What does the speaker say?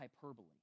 hyperbole